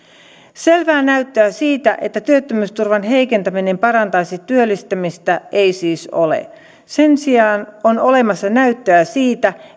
selvää näyttöä siitä että työttömyysturvan heikentäminen parantaisi työllistymistä ei siis ole sen sijaan on olemassa näyttöä siitä